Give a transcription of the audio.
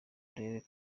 urebe